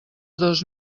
dos